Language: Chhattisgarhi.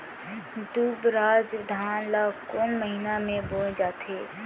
दुबराज धान ला कोन महीना में बोये जाथे?